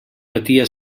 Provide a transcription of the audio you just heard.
patia